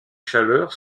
chaleur